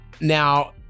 now